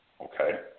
okay